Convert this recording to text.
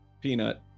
Peanut